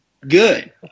good